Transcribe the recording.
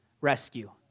rescue